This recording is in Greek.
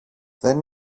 δεν